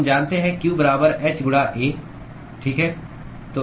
हम जानते हैं q बराबर h गुणा A ठीक है